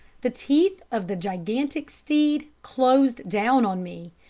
the teeth of the gigantic steed closed down on me,